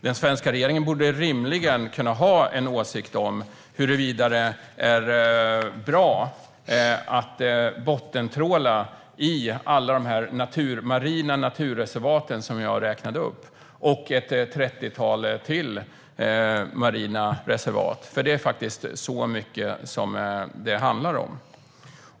Den svenska regeringen borde rimligen kunna ha en åsikt om huruvida det är bra att bottentråla i alla de marina naturreservat som jag har räknat upp och ytterligare ett trettiotal marina reservat. Det är faktiskt så många som det handlar om.